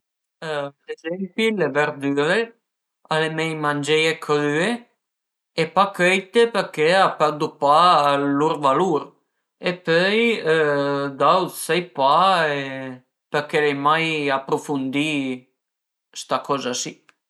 Ad ezempi le verdüre al e mei mangieie crüe e pa cöite përché a perdu pa lur valur e pöi d'aut sai pa përché l'ai mai aprufundì sta coza si